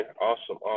awesome